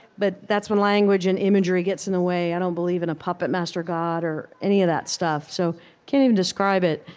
but that's when language and imagery gets in the way. i don't believe in a puppet-master god or any of that stuff so i can't even describe it.